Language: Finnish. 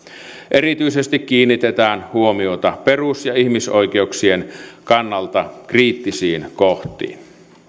erityisesti kiinnitetään huomiota perus ja ihmisoikeuksien kannalta kriittisiin kohtiin